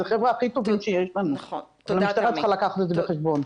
זה חבר'ה הכי טובים שיש לנו והמשטרה צריכה לקחת את זה בחשבון.